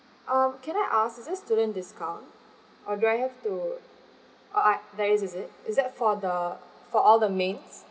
um can i ask it there student discount or do I have to or I there is is it is that for the for all the mains